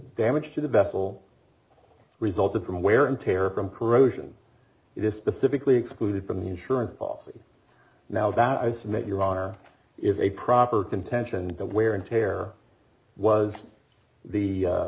damage to the bethel resulted from wear and tear from corrosion it is specifically excluded from the insurance policy now that i submit your honor is a proper contention the wear and tear was